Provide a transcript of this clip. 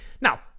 Now